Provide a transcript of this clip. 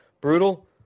brutal